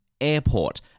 Airport